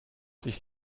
sich